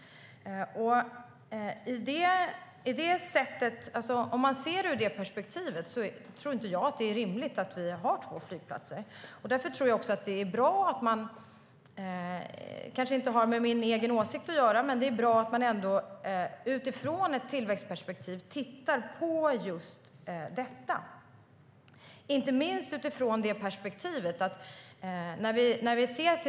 Ser vi det i detta perspektiv är det inte rimligt att ha två flygplatser. Därför är det bra att man utifrån ett tillväxtperspektiv tittar på just detta.